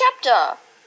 chapter